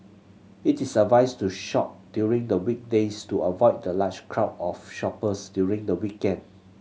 it is advised to shop during the weekdays to avoid the large crowd of shoppers during the weekend